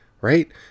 right